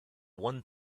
one